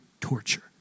torture